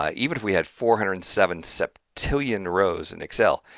ah even if we had four hundred and seven septillion rows in excel,